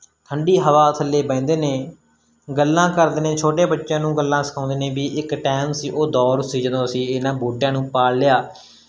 ਠੰਡੀ ਹਵਾ ਥੱਲੇ ਬਹਿੰਦੇ ਨੇ ਗੱਲਾਂ ਕਰਦੇ ਨੇ ਛੋਟੇ ਬੱਚਿਆਂ ਨੂੰ ਗੱਲਾਂ ਸਿਖਾਉਂਦੇ ਨੇ ਵੀ ਇੱਕ ਟਾਇਮ ਸੀ ਉਹ ਦੌਰ ਸੀ ਜਦੋਂ ਅਸੀਂ ਇਹਨਾਂ ਬੂਟਿਆਂ ਨੂੰ ਪਾਲ ਲਿਆ